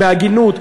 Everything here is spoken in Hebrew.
בהגינות,